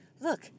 Look